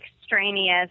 extraneous